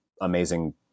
amazing